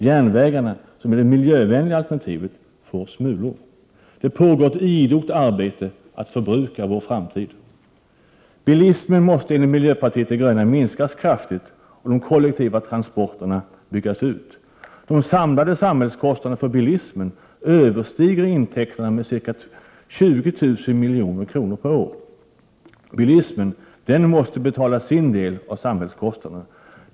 Järnvägarna, som är det miljövänliga alternativet, får smulor. Det pågår ett idogt arbete för att förbruka vår framtid. Bilismen måste enligt miljöpartiet de gröna minskas kraftigt och de kollektiva transporterna byggas ut. De samlade samhällskostnaderna för bilismen överstiger intäkterna med ca 20 000 milj.kr. per år. Bilismen måste betala sin del av samhällskostnaderna.